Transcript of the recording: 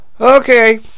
okay